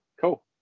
cool